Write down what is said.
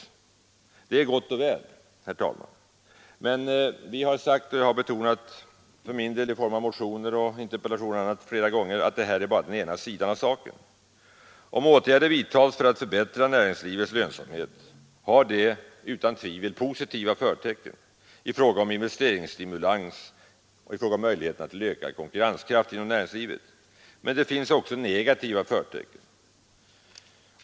Detta är gott och väl, herr talman, men vi har sagt och jag har för min del många gånger i interpellationer och motioner betonat att detta bara är den ena sidan av saken. Om åtgärder vidtas för att förbättra näringslivets lönsamhet har det utan tvivel positiva förtecken i fråga om en investeringsstimulans och i fråga om möjligheter till ökad konkurrenskraft. Men det finns också negativa förtecken.